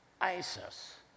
ISIS